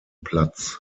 platz